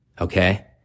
Okay